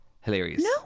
hilarious